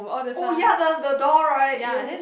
oh ya the the door right yes